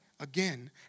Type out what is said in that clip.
again